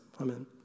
Amen